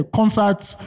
concerts